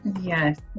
Yes